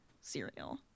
cereal